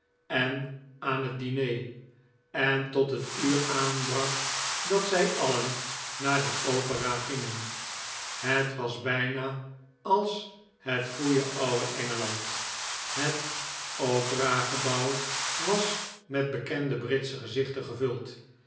en aan het diner en tot het uur aanbrak dat zij alien naar de opera gingen het was bijna als het goeie ouwe engeland het operagebouw was met bekende britsche gezichten gevuld